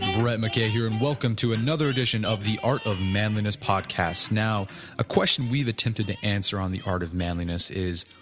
brett mckay here and welcome to another edition of the art of manliness podcast. now a question, we've attempted to answer on the art of manliness is,